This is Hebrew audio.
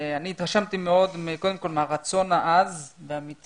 אני התרשמתי מאוד קודם כל מהרצון עז והכן